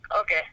Okay